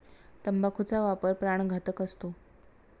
तंबाखूचा वापर प्राणघातक असतो